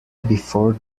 before